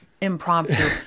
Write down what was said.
impromptu